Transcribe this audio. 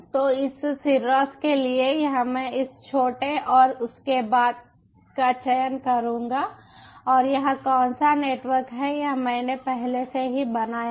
तो इस सिरोस के लिए यह मैं इस छोटे और उसके बाद का चयन करूंगा और यह कौन सा नेटवर्क है यह मैंने पहले से ही बनाया है